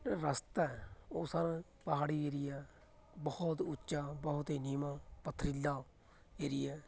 ਰਸਤਾ ਉਹ ਸਰ ਪਹਾੜੀ ਏਰੀਆ ਬਹੁਤ ਉੱਚਾ ਬਹੁਤ ਹੀ ਨੀਵਾਂ ਪਥਰੀਲਾ ਏਰੀਆ